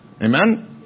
Amen